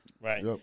Right